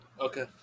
Okay